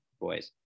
boys